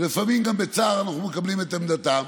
ולפעמים, גם בצער, אנחנו מקבלים את עמדתם.